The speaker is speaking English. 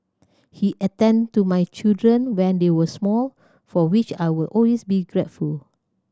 he attended to my children when they were small for which I will always be grateful